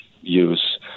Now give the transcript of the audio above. use